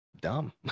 dumb